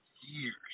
years